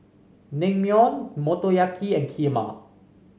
Naengmyeon Motoyaki and Kheema